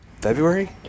February